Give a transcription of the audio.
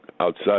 outside